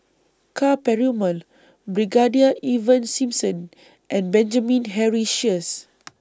Ka Perumal Brigadier Ivan Simson and Benjamin Henry Sheares